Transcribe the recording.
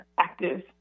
active